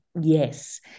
Yes